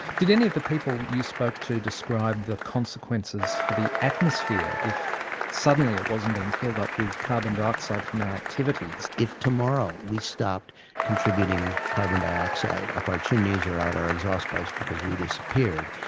did any of the people you spoke to describe the consequences for the atmosphere if suddenly it wasn't being filled up with carbon dioxide from our activities? if tomorrow we stopped contributing carbon dioxide up our chimneys or out our exhaust pipes because we disappeared,